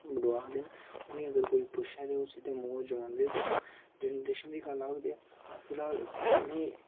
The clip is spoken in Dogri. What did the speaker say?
डोआ दे न उनेंगी अगर कोई पुच्छै ते ओह् सिद्धे मूंह् पर जवाब दिंदे दिक्खो जनरेशन दी गल्ल आग ते फिलहाल में